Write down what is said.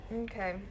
Okay